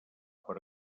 per